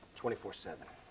twenty four seven.